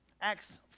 Acts